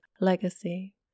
legacy